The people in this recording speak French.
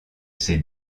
ses